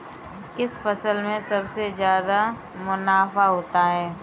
किस फसल में सबसे जादा मुनाफा होता है?